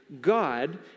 God